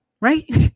Right